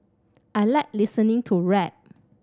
I like listening to rap